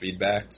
feedbacks